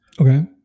Okay